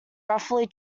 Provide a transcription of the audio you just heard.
roughly